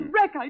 wreck